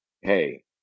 hey